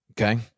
Okay